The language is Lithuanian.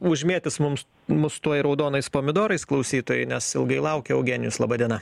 užmėtys mums mus tuoj raudonais pomidorais klausytojai nes ilgai laukė eugenijus laba diena